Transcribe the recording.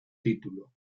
título